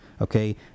Okay